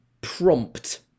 prompt